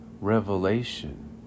revelation